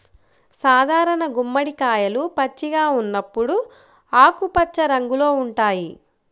సాధారణ గుమ్మడికాయలు పచ్చిగా ఉన్నప్పుడు ఆకుపచ్చ రంగులో ఉంటాయి